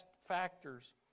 factors